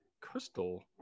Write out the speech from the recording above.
crystal